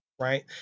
right